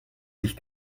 sich